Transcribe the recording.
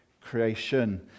creation